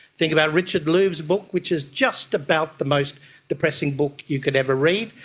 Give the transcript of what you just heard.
think about richard louv's book, which is just about the most depressing book you could ever read,